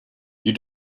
you